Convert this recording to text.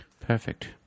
Perfect